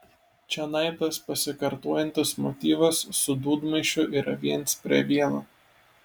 čionai tas pasikartojantis motyvas su dūdmaišiu yra viens prie vieno